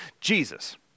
Jesus